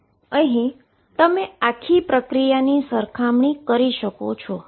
અહી તમે આખી પ્રક્રિયાની સરખામાણી કરી શકો છો